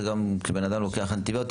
זה גם כאשר בן אדם לוקח אנטיביוטיקה,